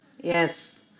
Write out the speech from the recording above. Yes